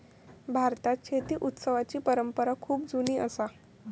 भारतात शेती उत्सवाची परंपरा खूप जुनी असा